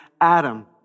Adam